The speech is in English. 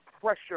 pressure